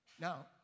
Now